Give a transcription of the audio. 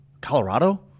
Colorado